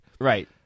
Right